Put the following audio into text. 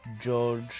George